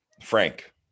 Frank